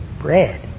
bread